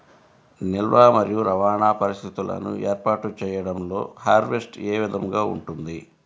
నిల్వ మరియు రవాణా పరిస్థితులను ఏర్పాటు చేయడంలో హార్వెస్ట్ ఏ విధముగా ఉంటుంది?